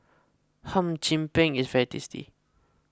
Hum Chim Peng is very tasty